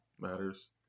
matters